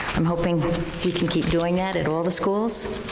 i'm hoping we can keep doing that at all the schools.